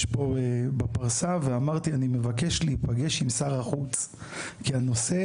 פה בפרסה ואמרתי שאני מבקש להיפגש עם שר החוץ כי הנושא